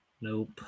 Nope